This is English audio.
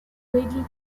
greatly